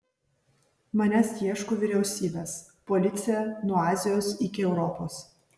manęs ieško vyriausybės policija nuo azijos iki europos